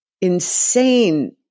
insane